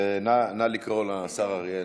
אז נא לקרוא לשר אריאל.